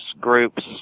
groups